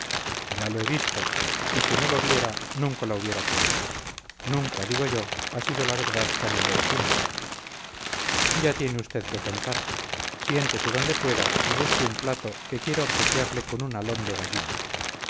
ya lo he visto y si no lo viera nunca lo hubiera creído nunca digo yo ha sido la verdad tan inverosímil ya tiene usted que contar siéntese donde pueda y busque un plato que quiero obsequiarle con un alón de gallina